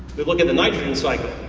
we look at the nitrogen cycle,